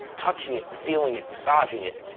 touching it, feeling it, massaging it.